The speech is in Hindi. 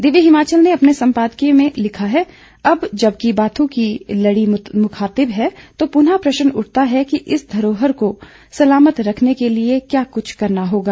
दिव्य हिमाचल ने अपने सम्पादकीय में लिखता है अब जबकि बाथू की लड़ी मुखातिब है तो पुनः प्रश्न उठता है कि इस धरोहर को सलामत रखने के लिये कुछ तो करना होगा